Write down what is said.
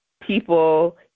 people